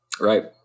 Right